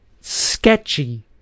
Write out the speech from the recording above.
sketchy